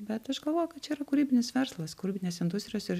bet aš galvoju kad čia yra kūrybinis verslas kūrybinės industrijos ir